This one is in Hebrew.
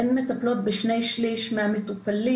הן מטפלות בשני שליש מהמטופלים.